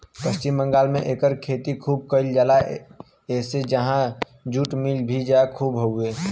पश्चिम बंगाल में एकर खेती खूब कइल जाला एसे उहाँ जुट मिल भी खूब हउवे